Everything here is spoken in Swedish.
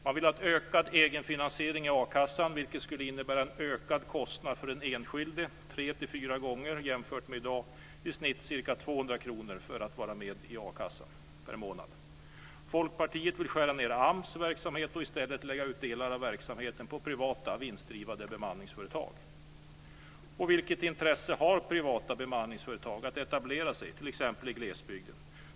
Man vill ha en ökad egenfinansiering i a-kassan, vilket skulle innebära en ökad kostnad för den enskilde med 3-4 gånger jämfört med i dag, i genomsnitt ca Folkpartiet vill skära ned AMS verksamhet och lägga ut delar av den på privata vinstdrivande bemanningsföretag. Vilket intresse har privata bemanningsföretag av att etablera sig t.ex. i glesbygden?